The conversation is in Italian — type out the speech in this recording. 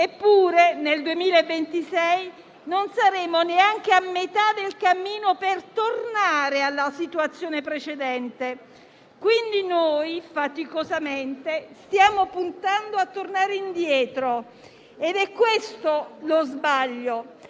Eppure nel 2026 non saremo neanche a metà del cammino per tornare alla situazione precedente. Quindi, noi stiamo faticosamente puntando a tornare indietro ed è questo lo sbaglio.